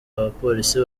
abapolisi